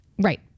right